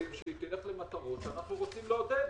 במטרות שאנחנו רוצים לעודד,